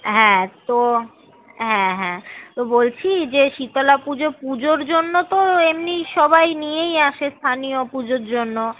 হ্যাঁ তো হ্যাঁ হ্যাঁ তো বলছি যে শীতলা পুজো পুজোর জন্য তো এমনি সবাই নিয়েই আসে স্থানীয় পুজোর জন্য